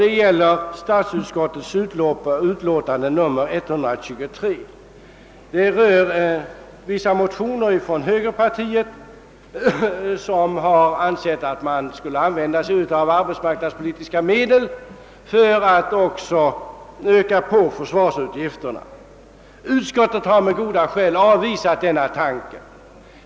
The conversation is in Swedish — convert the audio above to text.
Den gäller statsutskottets utlåtande nr 123. Det rör vissa motioner från högerpartiet, vari man ansett att också arbetsmarknadspolitiska medel skulle användas för att öka försvarsutgifterna. Utskottet har med goda skäl avvisat denna tanke.